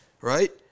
Right